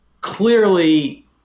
clearly